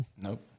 Nope